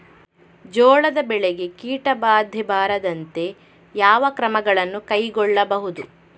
ಜೋಳದ ಬೆಳೆಗೆ ಕೀಟಬಾಧೆ ಬಾರದಂತೆ ಯಾವ ಕ್ರಮಗಳನ್ನು ಕೈಗೊಳ್ಳಬಹುದು?